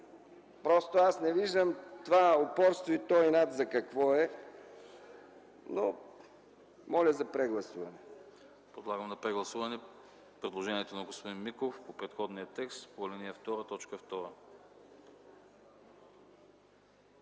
Просто не виждам това упорство и този инат за какво е. Моля за прегласуване.